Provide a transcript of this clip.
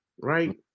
right